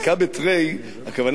הכוונה שתיקה בשתיים,